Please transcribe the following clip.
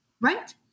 right